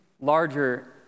larger